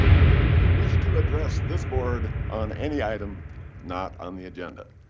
ah would anybody wish to address this board on any item not on the agenda.